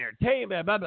entertainment